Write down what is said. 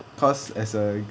cause as err